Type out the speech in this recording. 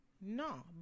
No